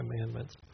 commandments